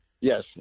Yes